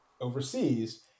overseas